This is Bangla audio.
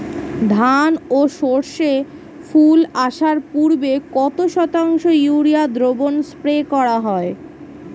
ধান ও সর্ষে ফুল আসার পূর্বে কত শতাংশ ইউরিয়া দ্রবণ স্প্রে করা হয়?